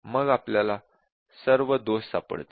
मग आपल्याला सर्व दोष सापडतील